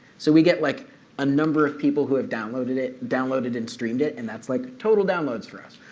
so we get like a number of people who have downloaded it, downloaded and streamed it, and that's like total downloads for us.